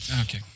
Okay